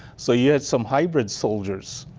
so you had some hydrant soldiers,